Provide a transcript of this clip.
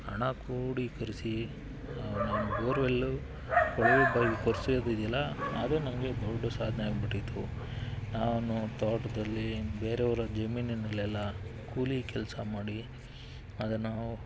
ಹಣ ಕ್ರೋಢೀಕರಿಸಿ ನಾವು ಬೋರ್ವೆಲ್ಲ ಕೊಳವೆ ಬಾವಿ ಕೊರೆಸೋದಿದ್ಯಲ್ಲ ಅದು ನನಗೆ ದೊಡ್ಡ ಸಾಧನೆ ಆಗ್ಬಿಟ್ಟಿತ್ತು ನಾನು ತೋಟದಲ್ಲಿ ಬೇರೆಯವರ ಜಮೀನಿನಲ್ಲೆಲ್ಲ ಕೂಲಿ ಕೆಲಸ ಮಾಡಿ ಅದನ್ನು